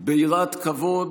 ביראת כבוד,